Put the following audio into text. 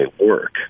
work